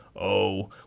Oh